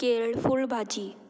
केळफूल भाजी